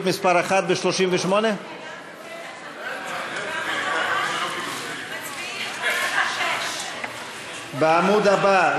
מס' 1 בעמוד 38. מצביעים על 6. בעמוד הבא,